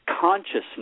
consciousness